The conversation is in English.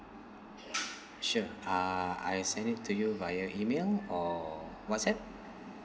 sure uh I'll send it to you via email or whatsapp